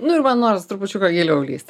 nu ir va noris trupučiuką giliau įslįst